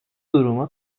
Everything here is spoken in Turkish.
durumu